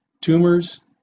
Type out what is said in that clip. tumors